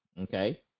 Okay